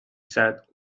said